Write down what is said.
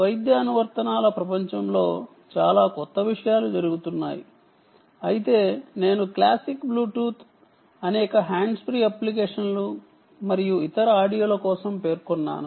BLE ప్రపంచంలో చాలా కొత్త విషయాలు జరుగుతున్నాయి అయితే నేను క్లాసిక్ బ్లూటూత్ అనేక హ్యాండ్స్ ఫ్రీ అప్లికేషన్లు మరియు ఇతర ఆడియోల కోసం పేర్కొన్నాను